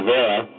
Vera